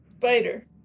Spider